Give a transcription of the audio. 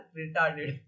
retarded